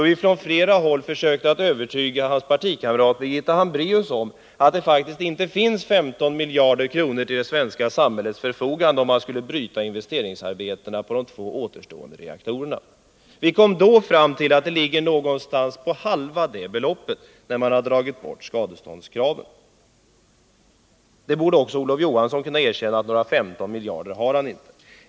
Vi försökte då från flera håll övertyga hans partikamrat Birgitta Hambraeus om att det faktiskt inte står 15 miljarder kronor till det svenska samhällets förfogande om man avbryter investeringsarbetena på de två återstående reaktorerna. Vi !-om då fram till att det som står till förfogande ligger någonstans vid halva det beloppet, när man dragit bort skadeståndskraven. Också Olof Johansson borde kunna erkänna att några 15 miljarder har han inte.